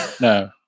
No